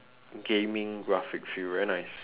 gaming graphic feel very nice